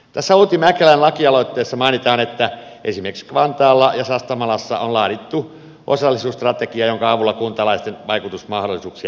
tässä outi mäkelän lakialoitteessa mainitaan että esimerkiksi vantaalla ja sastamalassa on laadittu osallisuusstrategia jonka avulla kuntalaisten vaikutusmahdollisuuksia edistetään